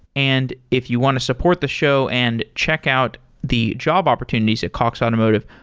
and if you want to support the show and check out the job opportunities at cox automotive,